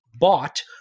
bought